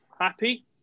Happy